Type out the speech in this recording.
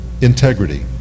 integrity